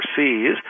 overseas